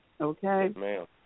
Okay